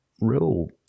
real